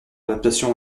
adaptations